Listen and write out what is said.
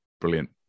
brilliant